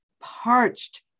parched